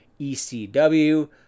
ECW